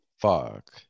Fuck